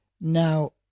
Now